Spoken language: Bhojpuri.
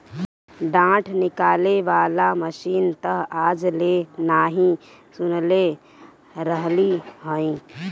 डाँठ निकाले वाला मशीन तअ आज ले नाइ सुनले रहलि हई